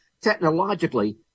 technologically